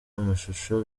amashusho